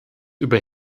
über